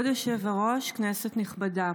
כבוד היושב-ראש, כנסת נכבדה,